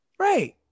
Right